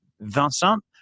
Vincent